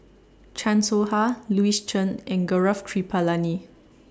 Chan Soh Ha Louis Chen and Gaurav Kripalani